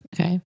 Okay